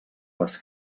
les